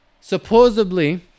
Supposedly